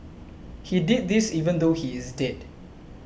he did this even though he is dead